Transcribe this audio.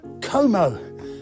Como